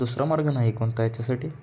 दुसरा मार्ग नाही कोणता याच्यासाठी